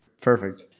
Perfect